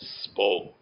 Spoke